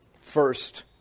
First